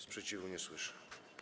Sprzeciwu nie słyszę.